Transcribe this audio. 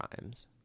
times